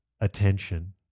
attention